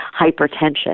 hypertension